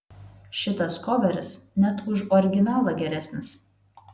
šitas koveris net už originalą geresnis